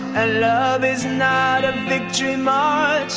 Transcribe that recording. ah love is not a victory march,